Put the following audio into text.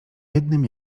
jednym